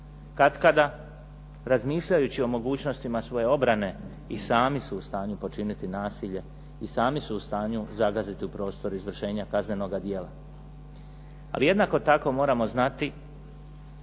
Katkada razmišljajući o mogućnostima svoje obrane i sami su u stanju počiniti nasilje i sami su u stanju zagaziti u prostor kaznenoga djela. Ali jednako tako moramo znati